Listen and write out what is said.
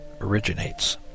originates